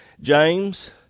James